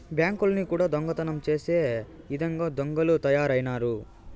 బ్యాంకుల్ని కూడా దొంగతనం చేసే ఇదంగా దొంగలు తయారైనారు